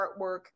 artwork